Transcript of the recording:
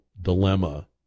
dilemma